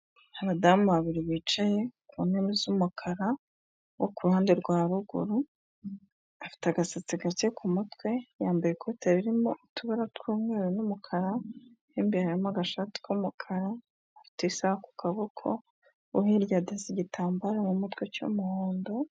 Abadamu babiri bicaye, ku ntebe z'umukara, uwo ku ruhande rwa ruguru afite agasatsi gake ku mutwe, yambaye ikote ririmo utubara tw'umweru n'umukara, mu imbere harimo agashati k'umukara, afite isaha ku kaboko, uwo hirya yateze igitambara mu mutwe cy'umuhondo.